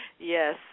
Yes